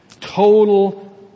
total